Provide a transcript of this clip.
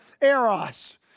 eros